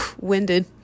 winded